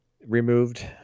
removed